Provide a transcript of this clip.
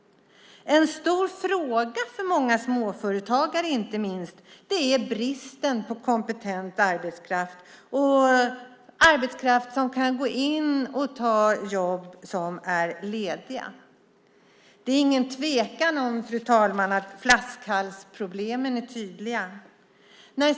En stor fråga, inte minst för många småföretagare, är den om bristen på kompetent arbetskraft som kan gå in och ta lediga jobb. Det råder ingen tvekan, fru talman, om att flaskhalsproblemen är tydliga.